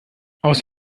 aus